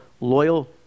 loyal